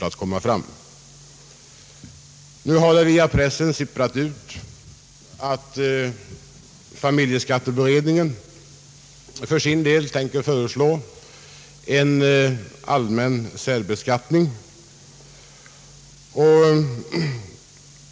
Det har via pressen sipprat ut att familjeskatteberedningen tänker föreslå en allmän särbeskattning.